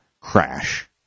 crash